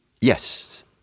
Yes